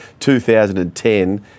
2010